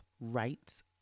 rights